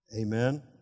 Amen